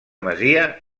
masia